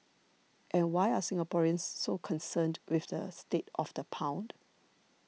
and why are Singaporeans so concerned with the state of the pound